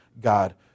God